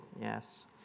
Yes